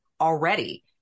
already